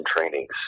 trainings